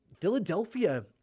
Philadelphia